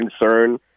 concern